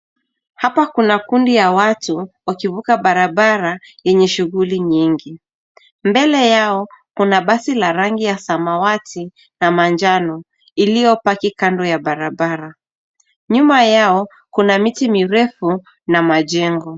Hapa kuna kundi ya watu wakivuka barabara yenye shughuli nyingi. Mbele yao kuna basi la rangi ya samawati na manjano, iliyopaki kando ya barabara. Nyuma yao kuna miti mirefu na majengo.